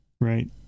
Right